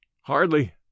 Hardly